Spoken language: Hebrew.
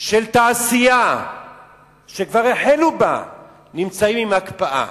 של תעשייה שכבר החלו בה נמצאת בהקפאה.